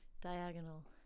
diagonal